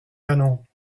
canons